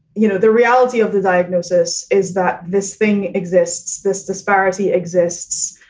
you know, the reality of the diagnosis is that this thing exists. this disparity exists.